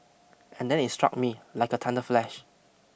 and then it struck me like a thunder flash